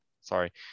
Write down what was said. sorry